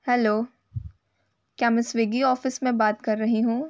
hello क्या मैं Swiggy office में बात कर रही हूँ